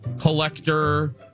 collector